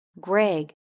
Greg